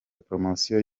promotion